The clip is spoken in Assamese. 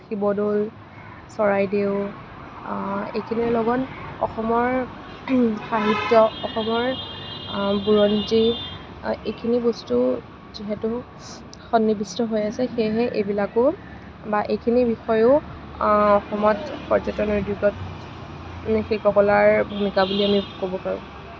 শিৱদৌল চৰাইদেউ এইখিনিৰ লগত অসমৰ সাহিত্য় অসমৰ বুৰঞ্জী এইখিনি বস্তু যিহেতু সন্নিৱিষ্ট হৈ আছে সেয়েহে এইবিলাকো বা এইখিনি বিষয়ো অসমত পৰ্যটন উদ্য়োগত শিল্পকলাৰ ভূমিকা বুলি আমি ক'ব পাৰোঁ